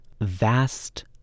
vast